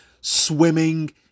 swimming